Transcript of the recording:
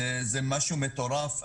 זה משהו מטורף,